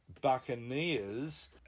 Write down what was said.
Buccaneers